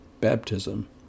baptism